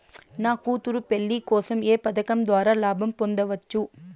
నా కూతురు పెళ్లి కోసం ఏ పథకం ద్వారా లాభం పొందవచ్చు?